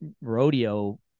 rodeo